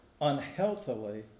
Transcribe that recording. unhealthily